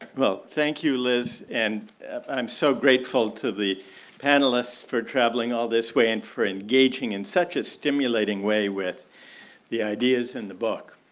well, thank you, liz. and and i'm so grateful to the panelists for traveling all this way and for engaging in such a stimulating way with the ideas in the book.